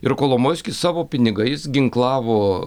ir kolomojskis savo pinigais ginklavo